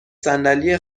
صندلی